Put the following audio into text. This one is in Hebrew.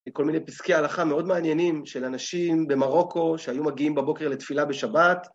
כל מיני פסקי הלכה מאוד מעניינים של אנשים במרוקו שהיו מגיעים בבוקר לתפילה בשבת.